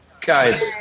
Guys